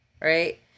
right